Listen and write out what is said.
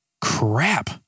crap